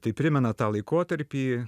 tai primena tą laikotarpį